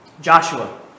Joshua